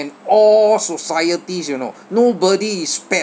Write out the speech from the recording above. and all societies you know nobody is spared